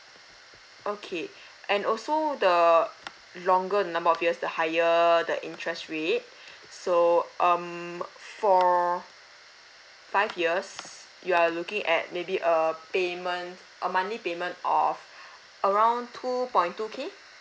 okay and also the longer the number of years the higher the interest rate so um for five years you are looking at maybe uh payment a monthly payment of around two point two K